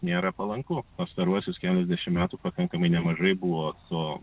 nėra palanku pastaruosius keliasdešim metų pakankamai nemažai buvo su